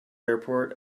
airport